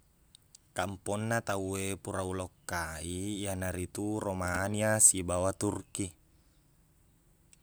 Kampongna tau e pura ulokkai iyana ritu romania sibawa turki